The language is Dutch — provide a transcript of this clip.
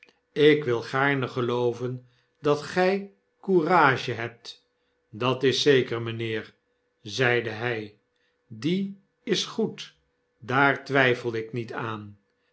jk wil gaarne gelooven dat gy courage hebt dat is zeker mynheer zeide hy die is goed daar twyfel ik niet aan